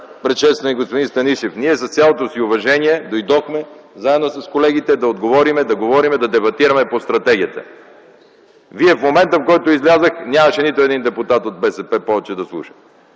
предшественик – господин Станишев. Ние с цялото си уважение дойдохме заедно с колегите да говорим, да отговорим, да дебатираме по Стратегията. Вие в момента, в който излязох, нямаше нито един депутат от БСП повече да слуша.